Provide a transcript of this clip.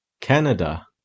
Canada